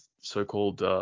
so-called